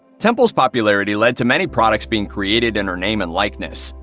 temple's popularity led to many products being created in her name and likeness.